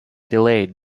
delayed